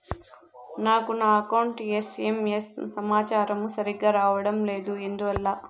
నాకు నా account SMS సమాచారము సరిగ్గా రావడం లేదు ఎందువల్ల?